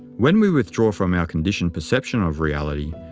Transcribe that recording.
when we withdraw from our conditioned perception of reality,